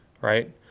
right